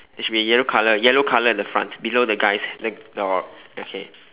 it should be a yellow colour yellow colour at the front below the guy's the dog okay